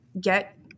get